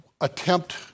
attempt